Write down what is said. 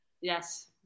Yes